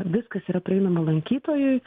viskas yra prieinama lankytojui